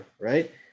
right